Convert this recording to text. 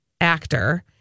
actor